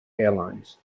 airlines